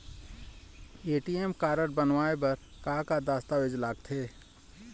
ATM card बनवाए बर का का दस्तावेज लगथे?